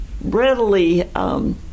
readily